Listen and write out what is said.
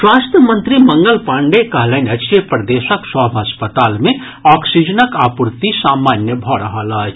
स्वास्थ्य मंत्री मंगल पांडेय कहलनि अछि जे प्रदेशक सभ अस्पताल मे ऑक्सीजनक आपूर्ति सामान्य भऽ रहल अछि